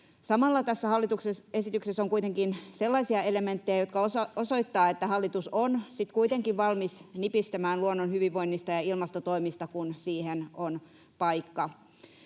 Samalla tässä hallituksen esityksessä on kuitenkin sellaisia elementtejä, jotka osoittavat, että hallitus on sitten kuitenkin valmis nipistämään luonnon hyvinvoinnista ja ilmastotoimista, kun siihen on paikka.